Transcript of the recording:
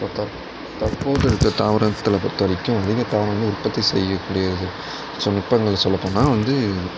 இப்போ தற் தற்போது இருக்கிற தாவரத்தில் பொறுத்த வரைக்கும் அதிக தாவரங்கள் உற்பத்தி செய்யக் கூடியது ஸோ நுட்பங்கள் சொல்ல போனால் வந்து